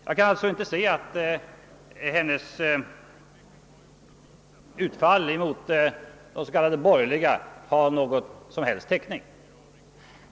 Jag kan alltså inte finna att hennes utfall mot de s.k. borgerliga har någon som helst täckning.